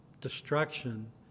destruction